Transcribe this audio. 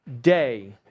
day